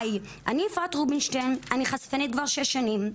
אני אפרת רובינשטיין, אני חשפנית כבר שש שנים.